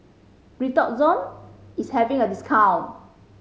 Redoxon is having a discount